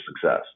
success